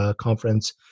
conference